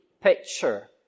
picture